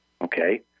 okay